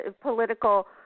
political